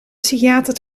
psychiater